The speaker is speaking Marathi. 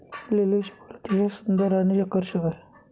लिलीचे फूल अतिशय सुंदर आणि आकर्षक आहे